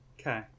Okay